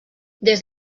des